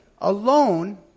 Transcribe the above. alone